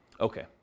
Okay